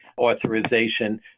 authorization